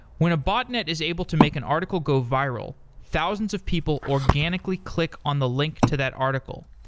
when a botnet is able to make an article go viral, thousands of people organically click on the link to that article.